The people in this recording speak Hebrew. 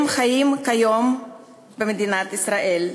הם חיים כיום במדינת ישראל.